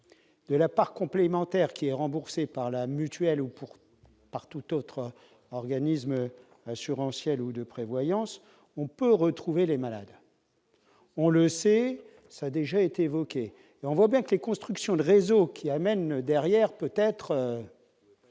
de la part complémentaire qui est remboursé par la mutuelle ou pour par tout autre organisme assurantielle ou de prévoyance, on peut retrouver les malades, on le sait, ça a déjà été évoqué et on voit bien que les constructions de réseau qui amène derrière, peut-être